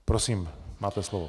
Prosím, máte slovo.